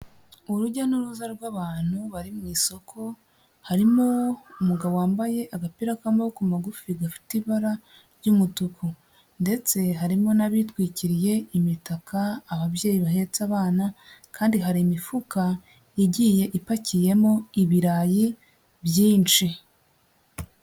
Urujya n'uruza rw'abantu bari mu isoko, harimo umugabo wambaye agapira k'amaboko magufi gafite ibara ry'umutuku ndetse harimo n'abitwikiriye imitaka, ababyeyi bahetse abana kandi hari imifuka igiye ipakiyemo ibirayi byinshi.